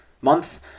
month